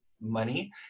money